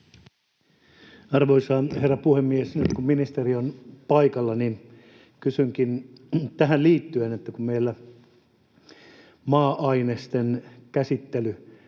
Arvoisa herra puhemies! Nyt kun ministeri on paikalla, niin kysynkin tähän liittyen: Kun meillä maa-ainesten käsittely